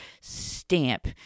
stamp